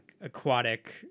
aquatic